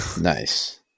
nice